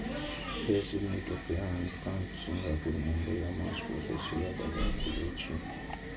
फेर Sydney, Tokyo, Hong Kong, Singapore, Mumbai आ Moscow के शेयर बाजार खुलै छै